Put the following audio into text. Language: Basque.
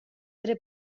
ere